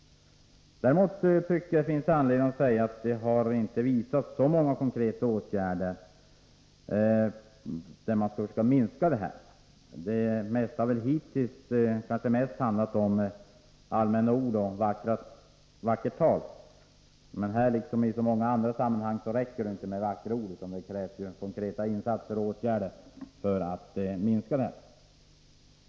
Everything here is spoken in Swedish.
Däremot tycker jag det finns anledning att säga att det inte har vidtagits så många konkreta åtgärder för att försöka minska på detta. Det har väl hittills kanske mest handlat om allmänna ord och vackert tal, men här liksom i så många andra sammanhang räcker det inte med vackra ord, utan det krävs konkreta insatser och åtgärder.